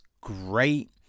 great